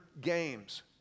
games